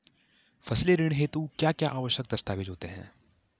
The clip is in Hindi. फसली ऋण हेतु क्या क्या आवश्यक दस्तावेज़ होते हैं?